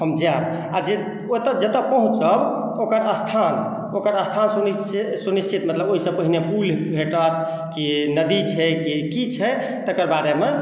हम जायब आ जे ओतय जतय पहुँचब ओकर स्थान ओकर स्थान सुनिश्चि सुनिश्चित मतलब ओहिसँ पहिने पूल भेटत की नदी छै कि की छै तकर बारेमे